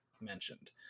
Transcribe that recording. mentioned